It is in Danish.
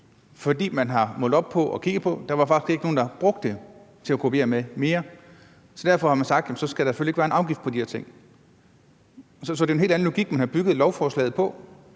fordi man har målt op på og kigget på, at der faktisk ikke var nogen, der brugte det til at kopiere med mere. Derfor har man sagt, at så skal der selvfølgelig ikke være en afgift på de her ting. Så det er en helt anden logik, man har bygget lovforslaget på.